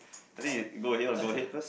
I think you you go ahead or I go ahead first